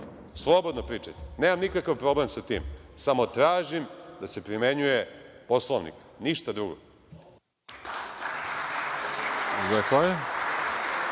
slobodno pričajte, nemam nikakav problem sa tim, samo tražim da se primenjuje Poslovnik, ništa drugo.(Boško